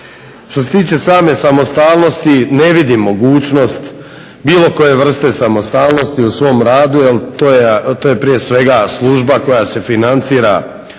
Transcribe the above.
Što se tiče same samostalnosti ne vidim mogućnost bilo koje vrste samostalnosti u svom radu jer to je prije svega služba koja se financira